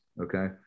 Okay